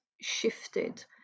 shifted